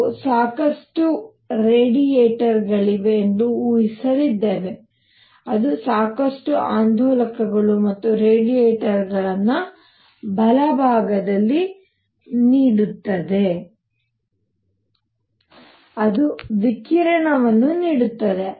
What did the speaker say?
ನಾವು ಸಾಕಷ್ಟು ರೇಡಿಯೇಟರ್ಗಳಿವೆ ಎಂದು ಊಹಿಸಲಿದ್ದೇವೆ ಅದು ಸಾಕಷ್ಟು ಆಂದೋಲಕಗಳು ಮತ್ತು ರೇಡಿಯೇಟರ್ಗಳನ್ನು ಬಲಭಾಗದಲ್ಲಿ ನೀಡುತ್ತದೆ ಅದು ವಿಕಿರಣವನ್ನು ನೀಡುತ್ತದೆ